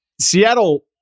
Seattle